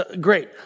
great